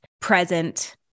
present